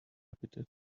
habitat